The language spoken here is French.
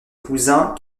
cousins